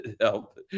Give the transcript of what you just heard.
help